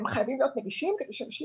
הם חייבים להיות נגישים כדי שאנשים